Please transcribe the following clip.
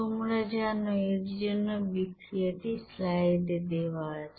তোমরা জানো এর জন্য বিক্রিয়াটি স্লাইডে দেওয়া আছে